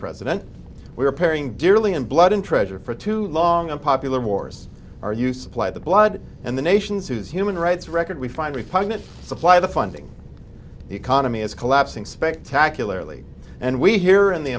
president we are paying dearly in blood and treasure for too long and popular wars are you supply the blood and the nations whose human rights record we find repugnant supply the funding the economy is collapsing spectacularly and we here in the